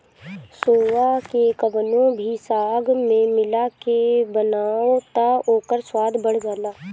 सोआ के कवनो भी साग में मिला के बनाव तअ ओकर स्वाद बढ़ जाला